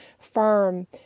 firm